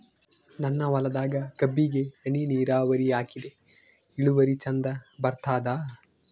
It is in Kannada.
ನನ್ನ ಹೊಲದಾಗ ಕಬ್ಬಿಗಿ ಹನಿ ನಿರಾವರಿಹಾಕಿದೆ ಇಳುವರಿ ಚಂದ ಬರತ್ತಾದ?